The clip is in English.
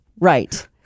Right